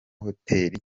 hotel